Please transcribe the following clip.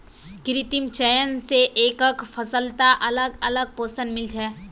कृत्रिम चयन स एकके फसलत अलग अलग पोषण मिल छे